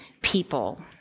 people